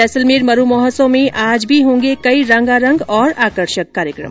जैसलमेर मरू महोत्सव में आज भी होंगे कई रंगारंग और आकर्षक कार्यक्रम